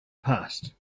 past